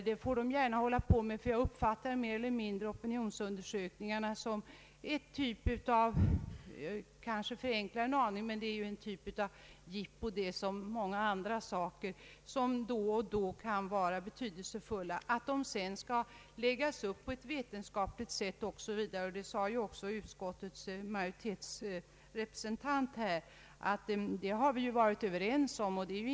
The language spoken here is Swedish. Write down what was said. Det får man gärna hålla på med, för jag uppfattar opinionsundersökningarna mer eller mindre som en typ av jippo, som dock då och då kan vara av visst värde. Jag har ingenting emot att opinionsundersökningarna läggs upp på ett vetenskapligt sätt — utskottsmajoritetens representant sade också att vi varit överens om detta.